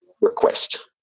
request